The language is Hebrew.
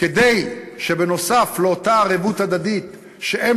כדי שנוסף על אותה ערבות הדדית שבשלה